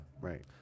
Right